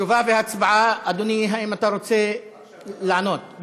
תשובה והצבעה, אדוני, האם אתה רוצה לענות?